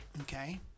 okay